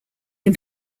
can